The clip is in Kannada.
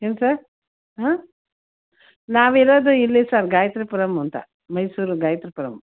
ಏನು ಸರ್ ಹಾಂ ನಾವಿರೋದು ಇಲ್ಲಿ ಸರ್ ಗಾಯತ್ರಿ ಪುರಮ್ ಅಂತ ಮೈಸೂರು ಗಾಯತ್ರಿ ಪುರಮ್